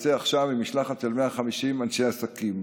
יוצא עכשיו עם משלחת של 150 אנשי עסקים.